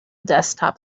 desktop